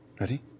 Ready